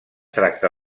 tracta